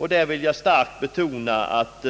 Jag vill starkt betona att